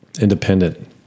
independent